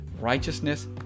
righteousness